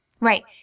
Right